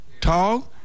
talk